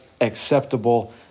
acceptable